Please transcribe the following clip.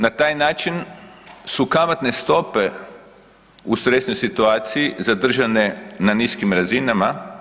Na taj način su kamatne stope u stresnoj situaciji zadržane na niskim razinama.